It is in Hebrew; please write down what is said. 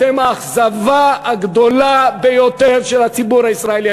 אתם האכזבה הגדולה ביותר של הציבור הישראלי,